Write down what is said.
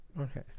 Okay